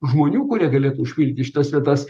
žmonių kurie galėtų užpildyt šitas vietas